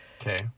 Okay